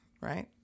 right